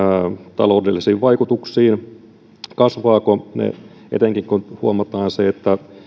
taloudellisiin vaikutuksiin kasvavatko ne etenkin kun huomataan se että